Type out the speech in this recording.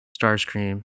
Starscream